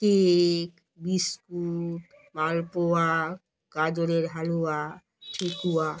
cake biscuit মালপোয়া গাজরের হালুয়া ঠেকুয়া